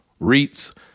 REITs